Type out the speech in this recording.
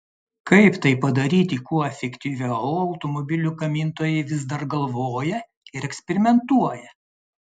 kaip tai padaryti kuo efektyviau automobilių gamintojai vis dar galvoja ir eksperimentuoja